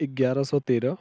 ग्यारह सौ तेरह